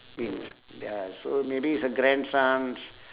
mm t~ ya so maybe it's her grandsons